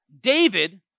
David